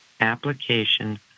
application